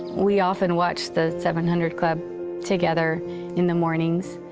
we often watched the seven hundred club together in the mornings.